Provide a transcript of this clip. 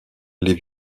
les